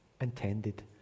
intended